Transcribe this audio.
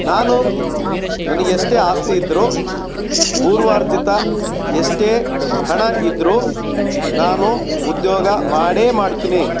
ನಾನು ನನಗೆ ಎಷ್ಟೇ ಆಸ್ತಿ ಇದ್ದರೂ ಪೂರ್ವಾರ್ಜಿತ ಎಷ್ಟೇ ಹಣ ಇದ್ದರೂ ನಾನು ಉದ್ಯೋಗ ಮಾಡೇ ಮಾಡ್ತೀನಿ